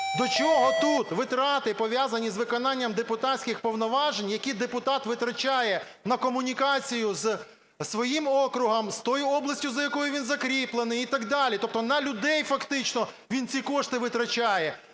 До чого тут витрати, пов'язані з виконанням депутатських повноважень, які депутат витрачає на комунікацію з своїм округом, з тою областю, за якою він закріплений, і так далі? Тобто на людей фактично він ці кошти витрачає.